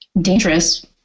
dangerous